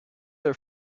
are